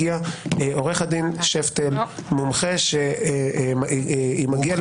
לאחר מכן הגיע עורך הדין שפטל, מומחה שמגיע לפה.